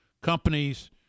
companies